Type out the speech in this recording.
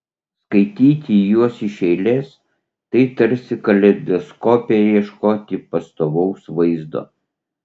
skaityti juos iš eilės tai tarsi kaleidoskope ieškoti pastovaus vaizdo